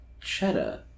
cheddar